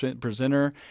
presenter